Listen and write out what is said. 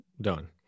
done